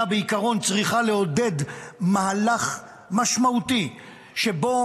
בעיקרון, המדינה צריכה לעודד מהלך משמעותי שבו